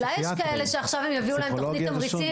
אולי יש כאלה שעכשיו אם יביאו להם תוכנית תמריצים